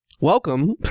Welcome